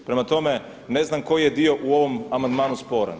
Prema tome, ne znam koji je dio u ovom amandmanu sporan?